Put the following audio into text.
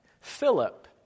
Philip